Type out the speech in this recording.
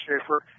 Schaefer